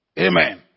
Amen